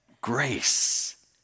grace